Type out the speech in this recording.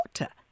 water